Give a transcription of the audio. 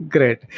Great